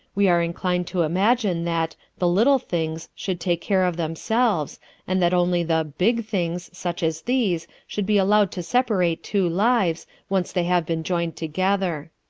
we are inclined to imagine that the little things should take care of themselves and that only the big things such as these should be allowed to separate two lives, once they have been joined together.